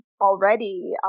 already